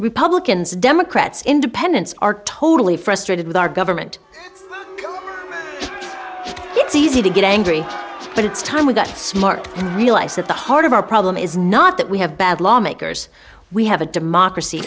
republicans democrats independents are totally frustrated with our government it's easy to get angry but it's time we got smart and realize that the heart of our problem is not that we have bad lawmakers we have a democracy